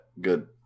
good